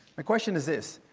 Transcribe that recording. my question is this,